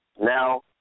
now